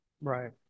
Right